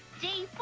the